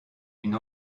une